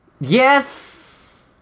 Yes